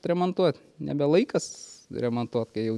remontuot nebe laikas remontuot kai jau